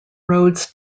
roads